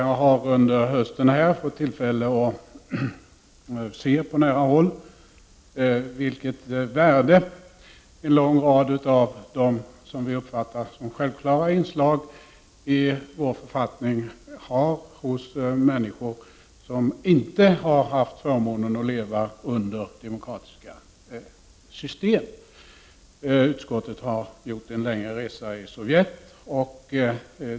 Jag har under hösten fått tillfälle att se på nära håll vilket värde sådant som vi uppfattar som självklara inslag i vår författning har hos människor som inte har haft förmånen att leva under demokratiska system. Konstitutionsutskottet har gjort en längre resa i Sovjetunionen.